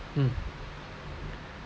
mm